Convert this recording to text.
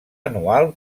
anual